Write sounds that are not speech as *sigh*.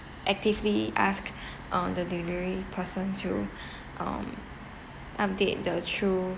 actively ask *breath* on the delivery person to *breath* um update the true